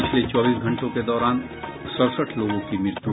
पिछले चौबीसी घंटों के दौरान सड़सठ लोगों की मृत्यु